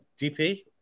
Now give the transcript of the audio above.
DP